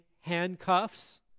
handcuffs